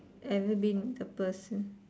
ever been a person